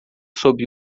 sob